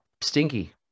stinky